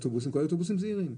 תכתוב אוטובוסים זעירים.